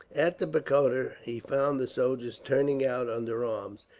at the pagoda he found the soldiers turning out under arms,